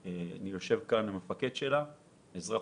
יושב איתנו מפקד היחידה ירון שהוא אזרח